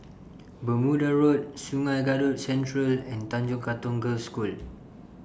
Bermuda Road Sungei Kadut Central and Tanjong Katong Girls' School